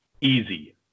easy